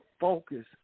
focus